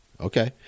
okay